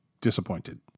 disappointed